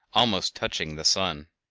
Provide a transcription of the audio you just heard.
almost touching the sun.